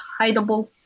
hideable